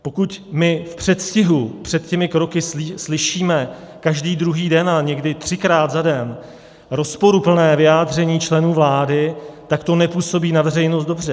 Pokud my v předstihu před těmi kroky slyšíme každý druhý den a někdy třikrát za den rozporuplné vyjádření členů vlády, tak to nepůsobí na veřejnost dobře.